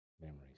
memories